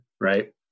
right